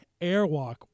Airwalk